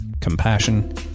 compassion